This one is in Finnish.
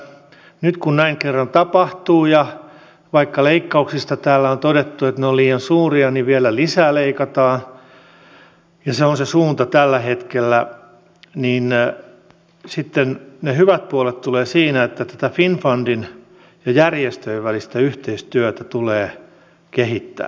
nyt kun näin kerran tapahtuu ja vaikka leikkauksista täällä on todettu että ne ovat liian suuria niin vielä lisää leikataan ja se on se suunta tällä hetkellä niin sitten ne hyvät puolet tulevat siinä että tätä finnfundin ja järjestöjen välistä yhteistyötä tulee kehittää